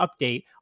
update